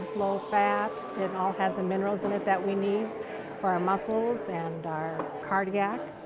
low fat. it all has the minerals in it that we need for our muscles and our cardiac.